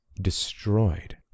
destroyed